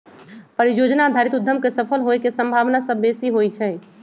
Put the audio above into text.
परिजोजना आधारित उद्यम के सफल होय के संभावना सभ बेशी होइ छइ